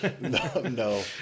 no